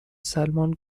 سلمان